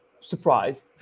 surprised